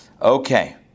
Okay